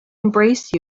embrace